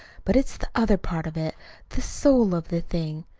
but it's the other part of it the soul of the thing.